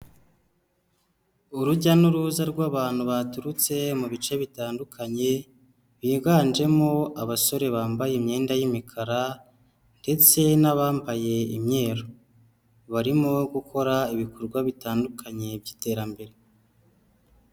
Urujya n'uruza rw'abantu baturutse mu bice bitandukanye, biganjemo abasore bambaye imyenda y'imikara ndetse n'abambaye imyeru, barimo gukora ibikorwa bitandukanye by'iterambere.